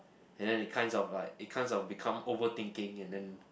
and then it kinds of like it kinds of become overthinking and then